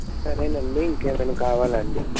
సరేనండి ఇంకేమైనా కావాలా అండి